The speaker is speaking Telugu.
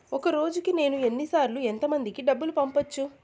ఒక రోజుకి నేను ఎన్ని సార్లు ఎంత మందికి డబ్బులు పంపొచ్చు?